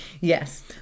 Yes